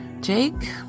Jake